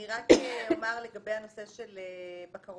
אני רק אומר לגבי הנושא של בקרות